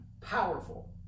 powerful